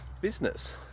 business